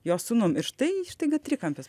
jos sūnum ir štai staiga trikampis